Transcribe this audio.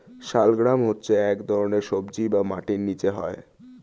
শালগ্রাম হচ্ছে এক ধরনের সবজি যা মাটির নিচে হয়